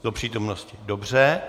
Do přítomnosti, dobře.